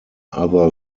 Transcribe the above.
other